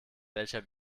welcher